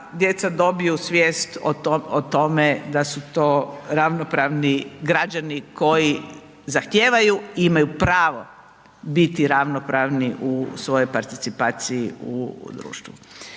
dobiju svijest o tome da su to ravnopravni građani koji zahtijevaju i imaju pravo biti ravnopravni u svojoj participaciji u društvu.